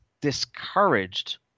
discouraged